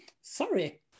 sorry